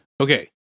Okay